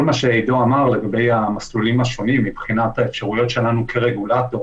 כל מה שעידו אמר לגבי המסלולים השונים מבחינת האפשרויות שלנו כרגולטור,